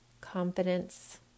confidence